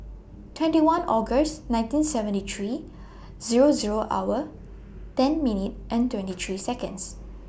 twenty one August nineteen seventy three Zero Zero hour ten minute and twenty three Seconds